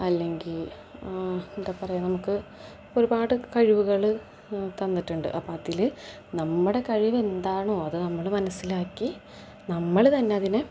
അല്ലെങ്കിൽ എന്താ പറയുക നമുക്ക് ഒരുപാട് കഴിവുകൾ തന്നിട്ടുണ്ട് അപ്പം അതിൽ നമ്മുടെ കഴിവെന്താണോ അതു നമ്മൾ മനസ്സിലാക്കി നമ്മൾ തന്നെ അതിനെ